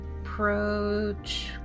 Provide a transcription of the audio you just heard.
approach